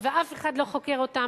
ואף אחד לא חוקר אותם,